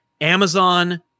Amazon